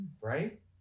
right